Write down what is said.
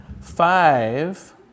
five